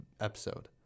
episode